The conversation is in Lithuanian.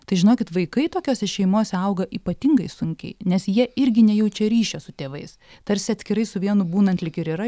tai žinokit vaikai tokiose šeimose auga ypatingai sunkiai nes jie irgi nejaučia ryšio su tėvais tarsi atskirai su vienu būnant lyg ir yra